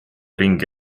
ringi